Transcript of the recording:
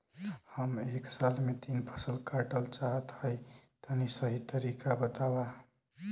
हम एक साल में तीन फसल काटल चाहत हइं तनि सही तरीका बतावा?